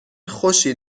خوشی